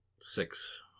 six